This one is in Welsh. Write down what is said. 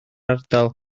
ardal